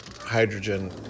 hydrogen